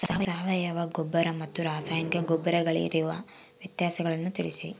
ಸಾವಯವ ಗೊಬ್ಬರ ಮತ್ತು ರಾಸಾಯನಿಕ ಗೊಬ್ಬರಗಳಿಗಿರುವ ವ್ಯತ್ಯಾಸಗಳನ್ನು ತಿಳಿಸಿ?